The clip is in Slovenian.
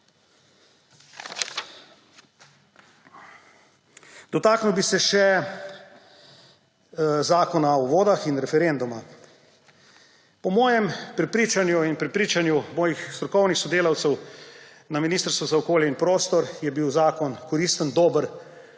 Dotaknil bi se še Zakona o vodah in referenduma. Po mojem prepričanju in prepričanju mojih strokovnih sodelavcev na Ministrstvu za okolje in prostor je bil zakon koristen, dober, koristen